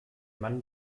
mann